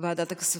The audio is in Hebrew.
בוועדת הכספים.